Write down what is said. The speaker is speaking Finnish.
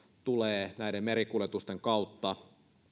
tulee näiden merikuljetusten kautta